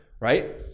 Right